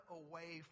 away